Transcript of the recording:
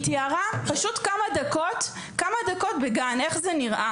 כשהיא מתארת איך נראות כמה דקות בגן עירייה: